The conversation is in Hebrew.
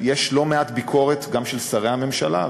יש לא מעט ביקורת גם של שרי הממשלה,